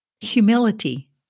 humility